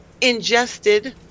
ingested